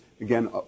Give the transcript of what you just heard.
again